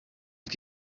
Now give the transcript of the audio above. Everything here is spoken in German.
ist